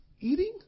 eating